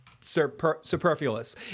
superfluous